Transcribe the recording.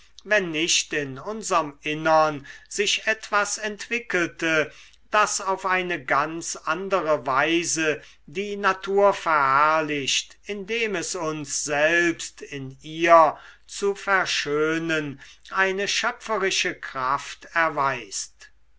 wenn nicht in unserm innern sich etwas entwickelte das auf eine ganz andere weise die natur verherrlicht indem es uns selbst in ihr zu verschönen eine schöpferische kraft erweist